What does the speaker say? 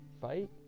fight